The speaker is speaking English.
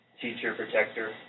teacher-protector